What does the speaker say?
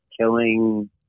killing